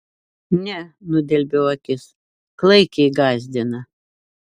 ne nudelbiau akis klaikiai gąsdina